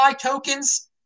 tokens